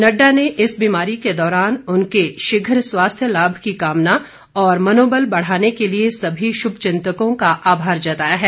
नड्डा ने इस बीमारी के दौरान उनके शीघ्र स्वास्थ्य लाभ की कामना और मनोबल बढ़ाने के लिए सभी शुभचिंतकों का आभार जताया है